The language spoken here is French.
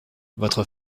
votre